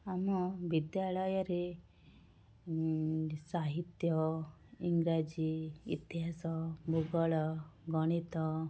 ଆମ ବିଦ୍ୟାଳୟରେ ସାହିତ୍ୟ ଇଂରାଜୀ ଇତିହାସ ଭୂଗୋଳ ଗଣିତ